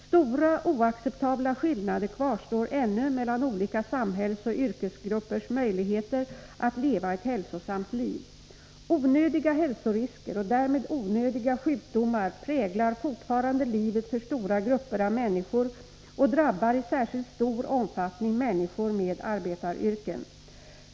Stora oacceptabla skillnader kvarstår ännu mellan olika samhällsoch yrkesgruppers möjligheter att leva ett hälsosamt liv. Onödiga hälsorisker och därmed onödiga sjukdomar präglar fortfarande livet för stora grupper av människor och drabbar i särskilt stor omfattning människor med arbetaryrken.